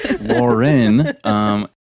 Lauren